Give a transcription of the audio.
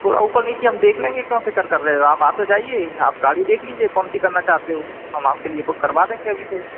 थोड़ा ऊपर नीचे हम देख लेंगे क्यों फ़िक्र कर रहे हो आप आ तो जाइए आप गाड़ी देख लीजिए कौन सी करना चाहते हो हम आपके लिए बुक करवा देंगे अभी से